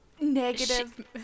Negative